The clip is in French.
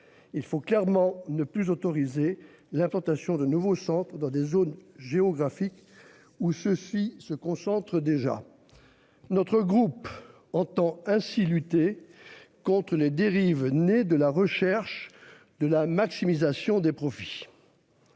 il faut clairement ne plus autoriser l'implantation de nouveau Centre dans des zones géographiques où ceux-ci se concentre déjà. Notre groupe entend ainsi lutter contre les dérives nées de la recherche de la maximisation des profits.